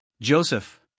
Joseph